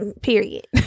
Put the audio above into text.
Period